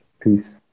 Peace